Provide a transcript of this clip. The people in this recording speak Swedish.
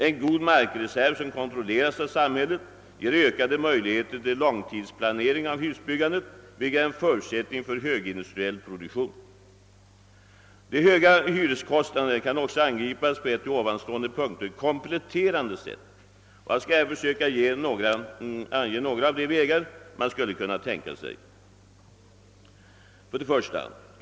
En god markreserv som kontrolleras av samhället ger ökade möjligheter till långtidsplanering av husbyggandet, vilket är en förutsättning för högindustriell produktion. De höga hyreskostnaderna kan också angripas genom kompletterande åtgärder. Jag skall här ange några av de vägar man skulle kunna tänka sig.